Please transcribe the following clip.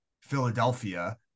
Philadelphia